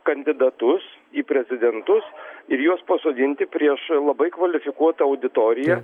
kandidatus į prezidentus ir juos pasodinti prieš labai kvalifikuotą auditoriją